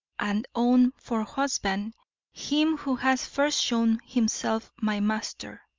and own for husband him who has first shown himself my master.